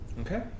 Okay